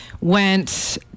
went